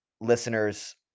listeners